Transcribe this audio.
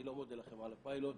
אני לא מודה לכם על הפיילוט.